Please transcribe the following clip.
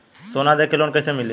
सोना दे के लोन कैसे मिली?